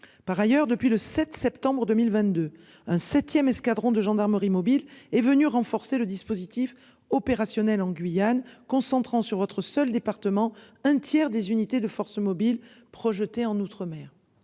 Par ailleurs, depuis le 7 septembre 2022, un 7ème escadrons de gendarmerie mobile est venue renforcer le dispositif opérationnel en Guyane concentrant sur votre seul département un tiers des unités de forces mobiles projeté en outre-mer